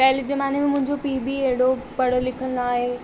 पहले ज़माने में मुंहिंजो पीउ बि अहिड़ो पढ़ियलु लिखियलु न हुओ